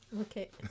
okay